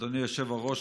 אדוני היושב-ראש,